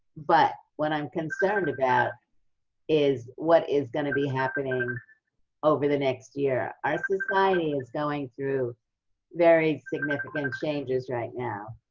but, what i'm concerned about is what is going to be happening over the next year. our society is going through very significant changes right now.